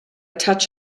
touch